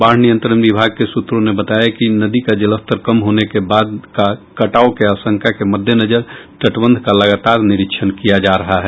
बाढ़ नियंत्रण विभाग के सूत्रों ने बताया कि नदी का जलस्तर कम होने के बाद का कटाव के आंशका के मद्देनजर तटबंध का लगातार निरीक्षण किया जा रहा है